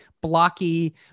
blocky